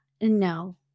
no